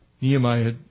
Nehemiah